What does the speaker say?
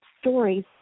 stories